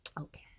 okay